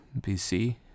BC